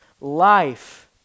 life